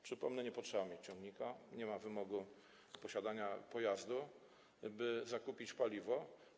Przypomnę, że nie trzeba mieć ciągnika, nie ma wymogu posiadania pojazdu, by zakupić paliwo.